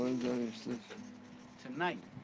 Tonight